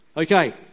Okay